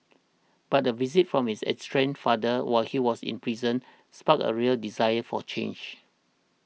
but a visit from his estranged father while he was in prison sparked a real desire for change